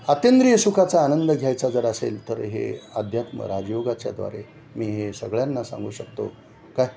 आतिंद्रिय सुखाचा आनंद घ्यायचा जर असेल तर हे अध्यात्म राजयोगाच्याद्वारे मी हे सगळ्यांना सांगू शकतो काय